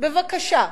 בבקשה.